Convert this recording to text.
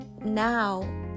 now